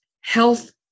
health